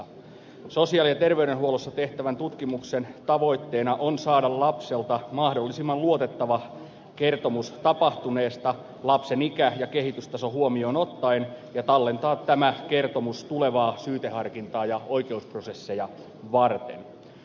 sosiaali ja terveydenhuollossa tehtävän tutkimuksen tavoitteena on saada lapselta mahdollisimman luotettava kertomus tapahtuneesta lapsen ikä ja kehitystaso huomioon ottaen ja tallentaa tämä kertomus tulevaa syyteharkintaa ja oikeusprosesseja varten